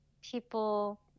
people